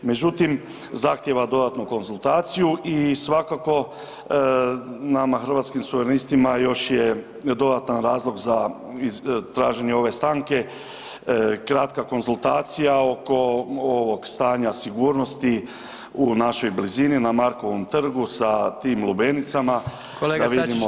Međutim, zahtjeva dodatnu konzultaciju i svakako nama, Hrvatskim suverenistima još je dodatan razlog za traženje ove stanke kratka konzultacija oko ovog stanja sigurnosti u našoj blizini, na Markovom trgu sa tim lubenicama, [[Upadica: Kolega Sačić.]] da vidimo…